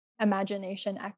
imagination